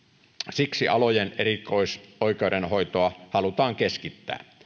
siksi alojen erikoisoikeudenhoitoa halutaan keskittää